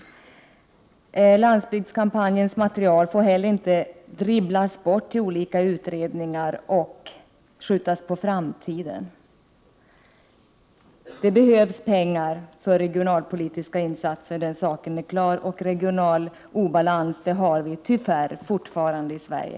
Landsbygdskampanjens material får heller inte dribblas bort bland olika 127 utredningar eller bli en framtidsfråga. Det behövs pengar för regionalpolitiskainsatser— den saken är klar! Vi har, tyvärr, fortfarande en regional obalans i Sverige.